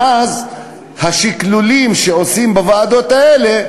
ואז השכלולים שעושים בוועדות האלה,